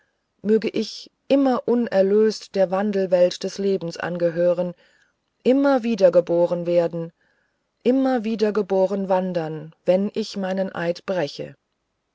möge ich immer unerlöst der wandelwelt des lebens angehören immer wiedergeboren wandern wenn ich meinen eid breche